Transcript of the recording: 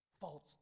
false